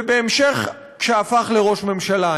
ובהמשך, כשהפך לראש ממשלה.